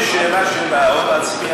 יש שאלה של ההון העצמי,